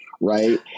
Right